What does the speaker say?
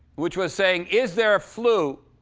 which was saying, is there a flu?